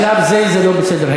בשלב הזה זה לא בסדר-היום.